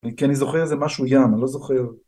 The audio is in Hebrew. כי אני זוכר איזה משהו ים, אני לא זוכר